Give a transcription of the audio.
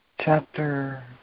chapter